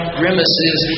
grimaces